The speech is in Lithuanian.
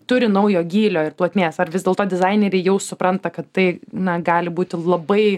turi naujo gylio ir plotmės ar vis dėlto dizaineriai jau supranta kad tai na gali būti labai